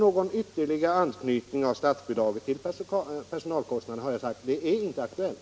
Någon ytterligare anknytning av statsbidraget till personalkostnaderna är, som jag redan har sagt, inte aktuell.